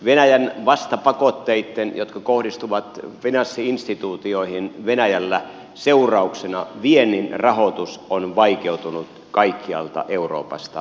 venäjän vastapakotteitten jotka kohdistuvat finanssi instituutioihin venäjällä seurauksena venäjän viennin rahoitus on vaikeutunut kaikkialla euroopassa